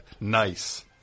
Nice